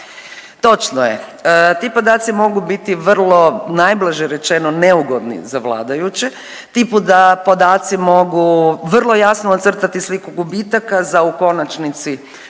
točno je. Ti podaci mogu biti vrlo najblaže rečeno neugodni za vladajući. Ti podaci mogu vrlo jasno ocrtati sliku gubitaka za u konačnici